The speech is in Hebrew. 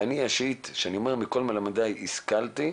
כשאני אומר מכל מלמדיי השכלתי,